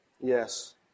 Yes